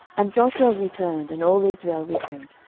and joshua returned, and all israel with him,